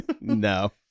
no